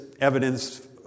evidence